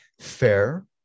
Fair